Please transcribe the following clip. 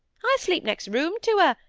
i sleep next room to her,